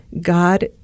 God